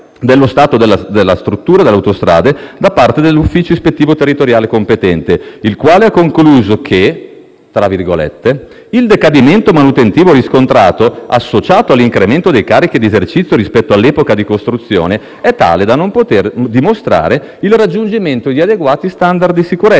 dello stato della struttura delle autostrade da parte dell'ufficio ispettivo territoriale competente, il quale ha concluso che «il decadimento manutentivo riscontrato, associato all'incremento dei carichi di esercizio rispetto all'epoca di costruzione, è tale da non poter dimostrare il raggiungimento di adeguati *standard* di sicurezza